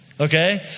okay